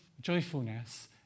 joyfulness